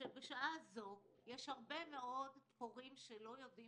שבשעה זו יש הרבה מאוד הורים שלא יודעים